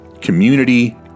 community